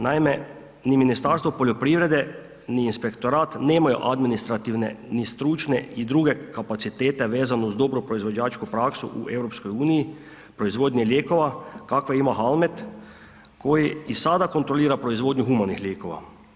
Naime, ni Ministarstvo poljoprivrede ni inspektorat nemaju administrativne ni stručne i druge kapacitete vezano uz dobro proizvođačku praksu u EU-u proizvodnje lijekova kakve ima HALMED koji i sada kontrolira proizvodnju humanih lijekova.